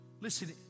Listen